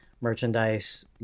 merchandise